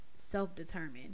self-determined